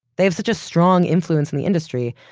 they have such a strong influence in the industry,